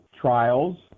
trials